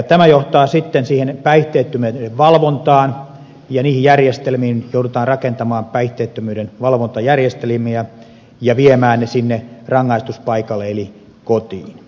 tämä johtaa sitten siihen päihteettömyyden valvontaan ja niihin järjestelmiin joudutaan rakentamaan päihteettömyyden valvontajärjestelmiä ja viemään ne sinne rangaistuspaikalle eli kotiin